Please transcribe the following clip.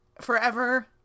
forever